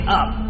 up